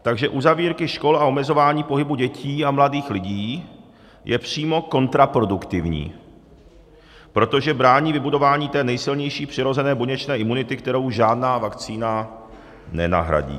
Takže uzavírky škol a omezování pohybu dětí a mladých lidí je přímo kontraproduktivní, protože brání vybudování té nejsilnější přirozené buněčné imunity, kterou už žádná vakcína nenahradí.